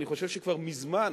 אני חושב שכבר מזמן